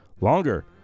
longer